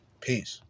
Peace